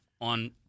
on